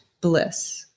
bliss